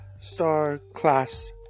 star-class